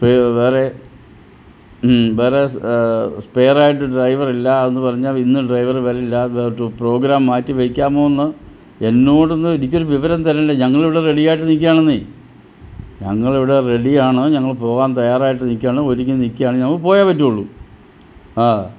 വേറെ വേറെ സ്പെയറായിട്ട് ഡ്രൈവറില്ല എന്ന് പറഞ്ഞാൽ ഇന്ന് ഡ്രൈവറ് വരില്ല ട്ട് പ്രോഗ്രാം മാറ്റി വയ്ക്കാമോന്ന് എന്നോടൊന്ന് എനിക്ക് വിവരം തരണ്ടേ ഞങ്ങളിവിടെ റെഡി ആയിട്ട് നിൽക്കാണെന്നെ ഞങ്ങളിവിടെ റെഡിയാണ് ഞങ്ങൾ പോവാൻ തയ്യാറായിട്ട് നിൽക്കാണ് ഒരുങ്ങി നിൽക്കാണ് ഞങ്ങൾക്ക് പോയേ പറ്റുള്ളൂ